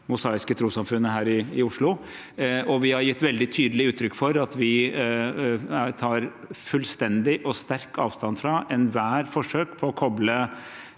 Mosaiske Trossamfund her i Oslo. Vi har gitt veldig tydelig uttrykk for at vi tar fullstendig og sterkt avstand fra ethvert forsøk på å koble